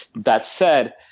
that said,